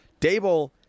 Dable—